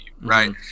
Right